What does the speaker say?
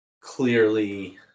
clearly